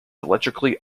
electrically